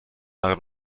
نقل